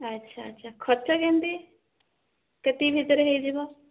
ଆଛା ଆଛା ଖର୍ଚ୍ଚ କେମିତି କେତିକି ଭିତରେ ହୋଇଯିବ